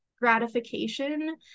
gratification